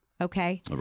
okay